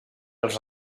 els